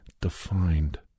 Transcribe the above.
defined